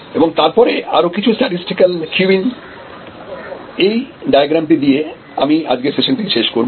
এবং তারপরে আরো কিছু স্ট্যাটিসটিক্যাল কিউইং এই ডায়াগ্রামটি দিয়ে আমি আজকের সেশনটি শেষ করব